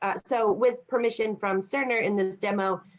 ah so with permission from cerner in this demo,